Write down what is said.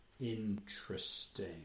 Interesting